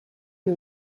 più